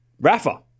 Rafa